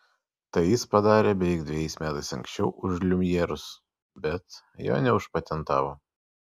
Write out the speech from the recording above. tai jis padarė beveik dvejais metais anksčiau už liumjerus bet jo neužpatentavo